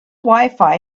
wifi